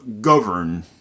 govern